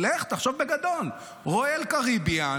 לך תחשוב בגדול, Royal Caribbean,